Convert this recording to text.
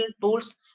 tools